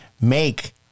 make